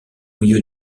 milieu